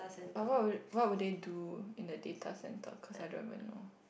oh what will they do in the data centre cause I don't even know